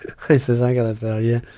i says, i gotta tell ya,